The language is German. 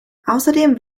außerdem